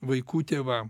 vaikų tėvam